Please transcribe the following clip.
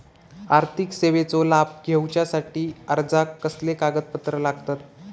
आर्थिक सेवेचो लाभ घेवच्यासाठी अर्जाक कसले कागदपत्र लागतत?